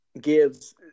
gives